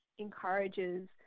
encourages